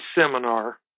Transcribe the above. seminar